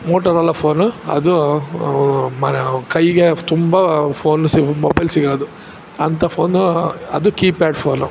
Motorola phone ಅದು ಕೈಗೆ ತುಂಬ ಫೋನು ಸಿಗೋದ್ ಮೊಬೈಲ್ ಸಿಗೋದು ಅಂತ ಫೋನು ಅದು ಕೀಪ್ಯಾಡ್ ಫೋನು